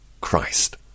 Christ